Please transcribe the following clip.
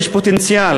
יש פוטנציאל,